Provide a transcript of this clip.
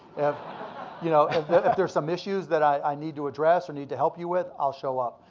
you know and if there's some issues that i need to address or need to help you with, i'll show up,